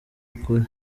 ukuri